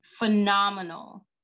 phenomenal